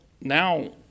now